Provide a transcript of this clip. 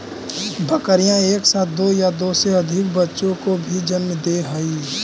बकरियाँ एक साथ दो या दो से अधिक बच्चों को भी जन्म दे हई